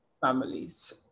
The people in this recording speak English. families